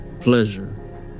PLEASURE